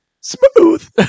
Smooth